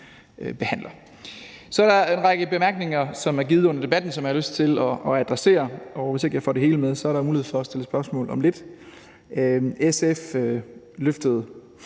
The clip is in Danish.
behandler. Så er der en række bemærkninger, som er kommet under debatten, og som jeg har lyst til at adressere, og hvis ikke jeg får det hele med, er der mulighed for at stille spørgsmål om lidt. SF rejste